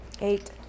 Eight